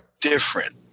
different